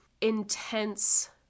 intense